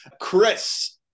Chris